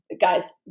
Guys